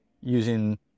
using